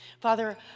Father